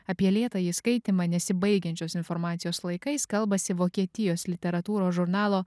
apie lėtąjį skaitymą nesibaigiančios informacijos laikais kalbasi vokietijos literatūros žurnalo